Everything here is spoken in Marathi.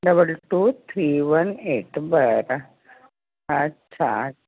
double two three one eight बरं अच्छा